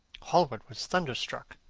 hallward was thunderstruck.